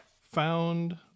found